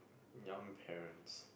young parents